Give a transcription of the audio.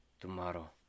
tomorrow